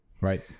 Right